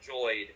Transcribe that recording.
enjoyed